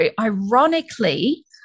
ironically